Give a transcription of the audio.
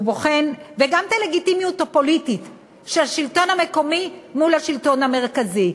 גם את הלגיטימיות הפוליטית של השלטון המקומי מול השלטון המרכזי.